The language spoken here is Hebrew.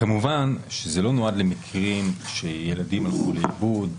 כמובן שזה לא נועד למקרים שהילדים הלכו לאיבוד.